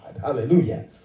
Hallelujah